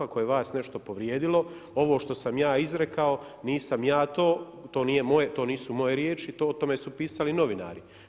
Ako je vas nešto povrijedilo ovo što sam izrekao nisam ja to, to nisu moje riječi, o tome su pisali novinari.